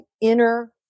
inner